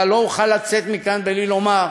אבל לא אוכל לצאת מכאן בלי לומר,